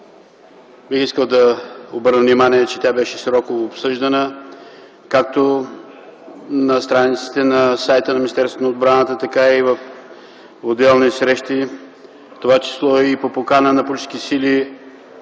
Бих искал да обърна внимание, че тя беше сроково обсъждана както на страниците на сайта на Министерството на отбраната, така и в отделни срещи. В това число по покана на политически сили,